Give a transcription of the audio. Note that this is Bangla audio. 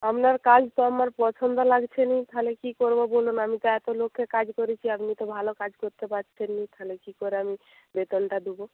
আপনার কাজ তো আমার পছন্দ লাগছে না তাহলে কী করব বলুন আমি তো এত লোককে কাজ করিয়েছি আপনি তো ভালো কাজ করতে পারছেন না তাহলে কী করে আমি বেতনটা দেবো